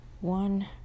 one